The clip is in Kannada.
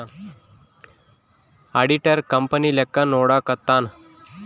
ಆಡಿಟರ್ ಕಂಪನಿ ಲೆಕ್ಕ ನೋಡ್ಕಂತಾನ್